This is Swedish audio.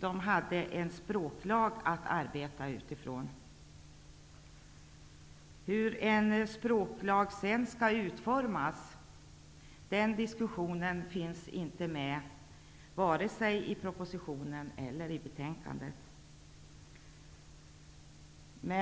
det hade en språklag att arbeta utifrån. Hur en språklag sedan skall utformas finns inte med vare sig i propositionen eller betänkandet.